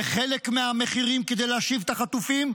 זה חלק מהמחירים כדי להשיב את החטופים,